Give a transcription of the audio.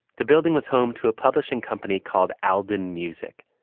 the building was home to a publishing company called aldin music.